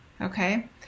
okay